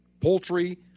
poultry